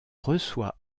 reçoit